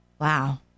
Wow